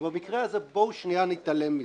אבל במקרה הזה בואו נתעלם מזה.